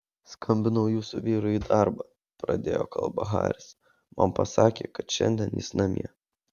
skambinau jūsų vyrui į darbą pradėjo kalbą haris man pasakė kad šiandien jis namie